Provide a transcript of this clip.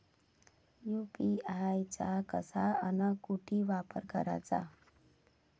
UPI चा कसा अन कुटी वापर कराचा?